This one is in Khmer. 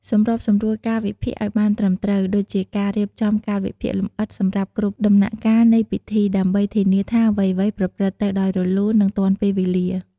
សម្របសម្រួលកាលវិភាគឲ្យបានត្រឹមត្រូវ ដូចជាការរៀបចំកាលវិភាគលម្អិតសម្រាប់គ្រប់ដំណាក់កាលនៃពិធី ដើម្បីធានាថាអ្វីៗប្រព្រឹត្តទៅដោយរលូន និងទាន់ពេលវេលា។